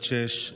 בת שש,